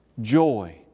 joy